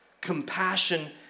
Compassion